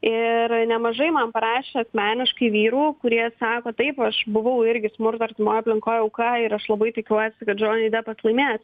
ir nemažai man parašė asmeniškai vyrų kurie sako taip aš buvau irgi smurto artimoj aplinkoj auka ir aš labai tikiuosi kad džoni depas laimės